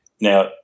Now